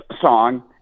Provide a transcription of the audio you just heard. song